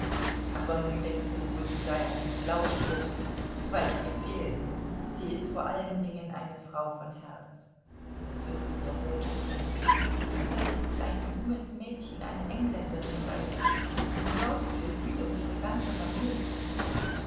aber nun denkst du wohl sie sei ein blaustrumpf weit gefehlt sie ist vor allen dingen eine frau von herz das wirst du ja selbst sehen sie hat da jetzt ein junges mädchen eine engländerin bei sich und sorgt für sie und ihre ganze familie